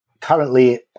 currently